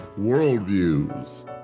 Worldviews